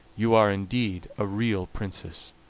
you are indeed a real princess,